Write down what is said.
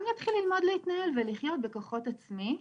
וגם בעצם להתחיל ללמוד להתנהל ולחיות בכוחות עצמי.